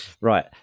Right